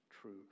truth